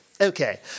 Okay